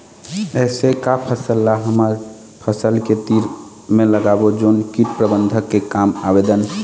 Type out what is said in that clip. ऐसे का फसल ला हमर फसल के तीर मे लगाबो जोन कीट प्रबंधन के काम आवेदन?